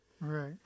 Right